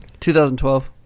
2012